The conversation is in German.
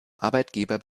arbeitgeber